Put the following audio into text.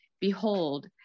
Behold